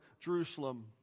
Jerusalem